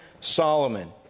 Solomon